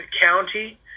county